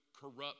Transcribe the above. corrupt